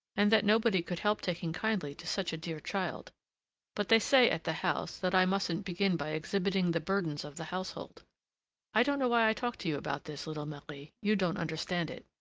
and that nobody could help taking kindly to such a dear child but they say at the house that i mustn't begin by exhibiting the burdens of the household i don't know why i talk to you about this, little marie you don't understand it.